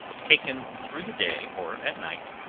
taken through the day, or at night,